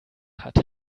hat